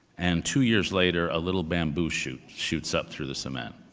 and two years later, a little bamboo shoot shoots up through the cement,